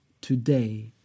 today